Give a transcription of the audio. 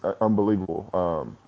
unbelievable